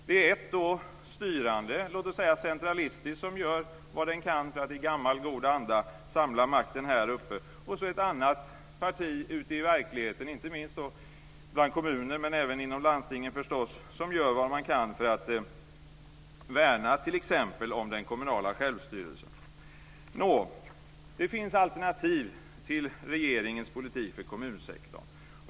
Det är ett styrande centralistiskt som gör vad det kan för att i gammal god anda samla makten här uppe i riksdagen och ett annat parti ute i verkligheten bland kommuner och även i landstingen som gör vad det kan för att värna t.ex. den kommunala självstyrelsen. Det finns alternativ till regeringens politik för kommunsektorn.